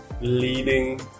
leading